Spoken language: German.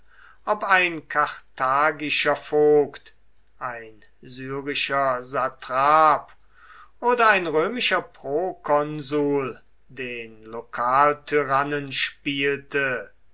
ob ein karthagischer vogt ein syrischer satrap oder ein römischer prokonsul den lokaltyrannen spielte